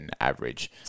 average